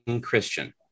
Christian